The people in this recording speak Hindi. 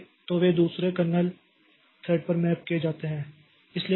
तो वे दूसरे कर्नेल थ्रेड पर मैप किए जाते हैं